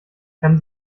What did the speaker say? kann